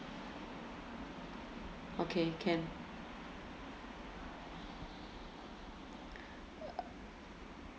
okay can